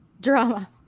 drama